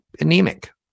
anemic